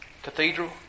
Cathedral